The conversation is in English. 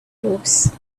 horse